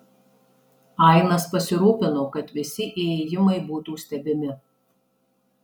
ainas pasirūpino kad visi įėjimai būtų stebimi